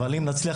אני אדבר,